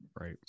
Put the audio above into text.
Right